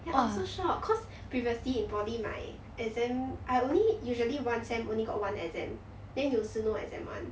I was so shock cause previously in poly my exam I only usually one sem only got one exam then 有时 no exam [one]